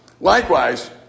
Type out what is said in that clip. Likewise